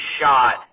shot